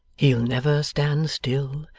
he'll never stand still,